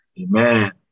Amen